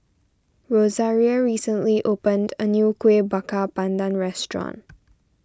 Rosaria recently opened a new Kueh Bakar Pandan restaurant